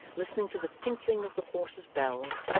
listening to the tinkling of the horses' bells,